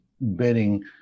betting